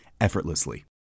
effortlessly